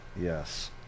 yes